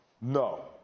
No